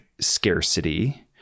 scarcity